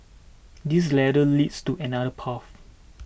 this ladder leads to another path